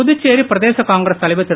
புதுச்சேரி பிரதேச காங்கிரஸ் தலைவர் திரு